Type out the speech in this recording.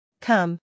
Come